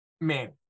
man